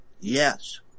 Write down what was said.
Yes